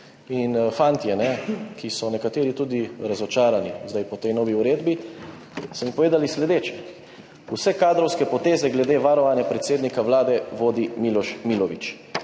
fantje, nekateri so tudi razočarani zdaj po tej novi uredbi, so mi povedali sledeče. Vse kadrovske poteze glede varovanja predsednika Vlade vodi Miloš Milović.